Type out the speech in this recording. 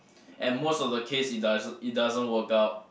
and most of the case it does it doesn't work out